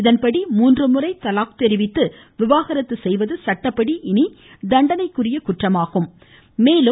இதன்படி மூன்று முறை தலாக் தெரிவித்து விவாகரத்து செய்வது சட்டப்படி இனி தண்டனைக்குரிய குற்றமாகும்